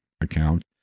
account